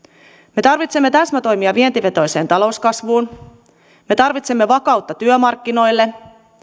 me tarvitsemme täsmätoimia vientivetoiseen talouskasvuun me tarvitsemme vakautta työmarkkinoille